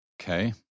okay